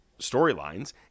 storylines